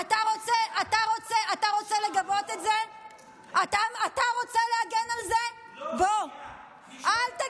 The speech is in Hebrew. כמו תמיד אתם מקשיבים רק לעצמכם, רק